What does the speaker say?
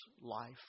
life